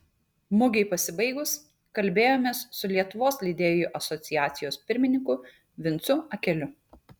mugei pasibaigus kalbėjomės su lietuvos leidėjų asociacijos pirmininku vincu akeliu